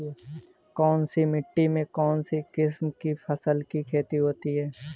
कौनसी मिट्टी में कौनसी किस्म की फसल की खेती होती है?